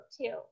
two